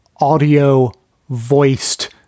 audio-voiced